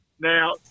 Now